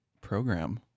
program